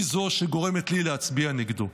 היא זו שגורמת לי להצביע נגדו.